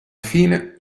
fine